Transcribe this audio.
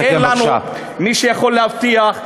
בבקשה.